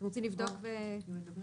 רוצים לבדוק ולחזור אליי?